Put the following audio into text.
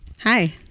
Hi